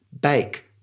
Bake